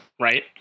right